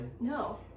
No